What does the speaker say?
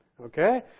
Okay